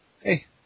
hey